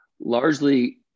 largely